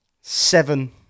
Seven